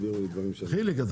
הצבעה